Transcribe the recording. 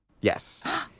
Yes